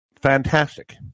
fantastic